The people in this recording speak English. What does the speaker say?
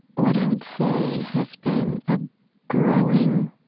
what i would say has been a growing